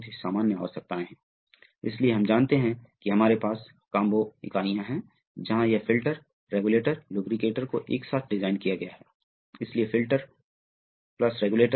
यह एक तस्वीर है आप जानते हैं कि मोग एक बहुत एक कंपनी है जो इस तरह के वाल्वों की एक बहुत प्रसिद्ध निर्माता है इसलिए यह उनकी वेबसाइट से सिर्फ एक तस्वीर है